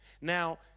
now